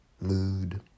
Mood